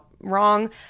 wrong